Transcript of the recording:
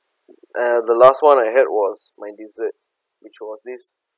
uh the last one I had was my dessert which was this